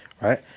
right